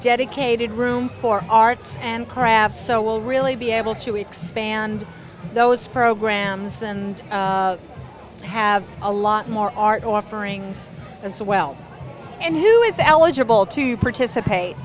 dedicated room for arts and crafts so we'll really be able to expand those programs and have a lot more art offerings as well and who is eligible to participate